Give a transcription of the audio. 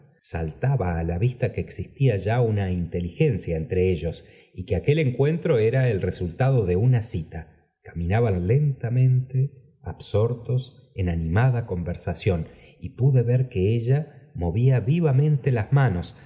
saltaba á la vista que existía ya una inteligencia entre ellos y que a l uei encuentro era el srton de una lta caminaban lentamente absortos en animada conversación y pude ver que ella movía vivamente las manos